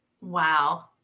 Wow